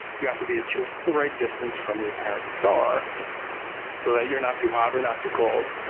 you have to be at just the right distance from your parent star so that you're not too hot or not too cold.